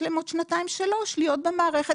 יש להם עוד שנתיים-שלוש להיות במערכת,